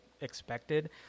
expected